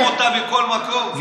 לכל מקום,